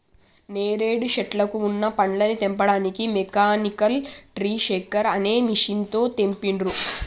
నేరేడు శెట్లకు వున్న పండ్లని తెంపడానికి మెకానికల్ ట్రీ షేకర్ అనే మెషిన్ తో తెంపిండ్రు